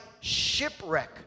shipwreck